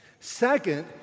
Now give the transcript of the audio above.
Second